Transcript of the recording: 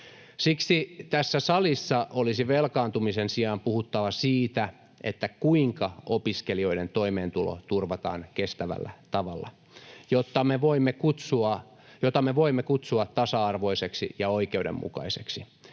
Siksi tässä salissa olisi velkaantumisen sijaan puhuttava siitä, kuinka opiskelijoiden toimeentulo turvataan kestävästi tavalla, jota me voimme kutsua tasa-arvoiseksi ja oikeudenmukaiseksi,